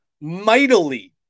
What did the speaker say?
mightily